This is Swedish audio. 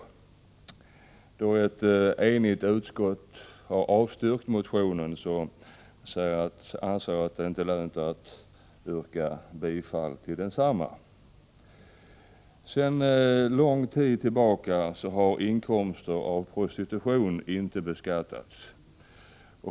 Eftersom ett enigt utskott har avstyrkt motionen anser jag inte att det är lönt att yrka bifall till densamma. Sedan lång tid tillbaka har inkomster av prostitution inte beskattats.